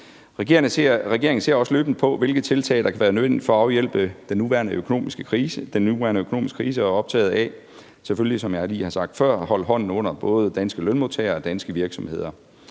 Regeringen ser også løbende på, hvilke tiltag der kan være nyttige for at afhjælpe den nuværende økonomiske krise, og er selvfølgelig optaget af, som jeg lige har sagt før, at holde hånden under både danske lønmodtagere og danske virksomheder.